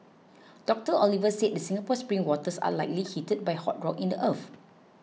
Doctor Oliver said the Singapore spring waters are likely heated by hot rock in the earth